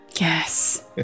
Yes